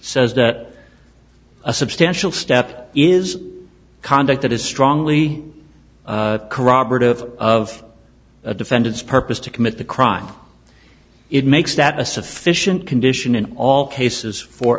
says that a substantial step is conduct that is strongly corroborative of a defendant's purpose to commit the crime it makes that a sufficient condition in all cases for